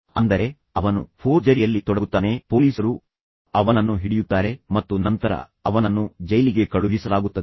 ಅಂದರೆ ಅವನು ಫೋರ್ಜರಿಯಲ್ಲಿ ತೊಡಗುತ್ತಾನೆ ಪೊಲೀಸರು ಅವನನ್ನು ಹಿಡಿಯುತ್ತಾರೆ ಮತ್ತು ನಂತರ ಅವನನ್ನು ಜೈಲಿಗೆ ಕಳುಹಿಸಲಾಗುತ್ತದೆ